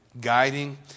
guiding